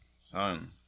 Son